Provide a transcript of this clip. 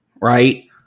right